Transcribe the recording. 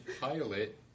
pilot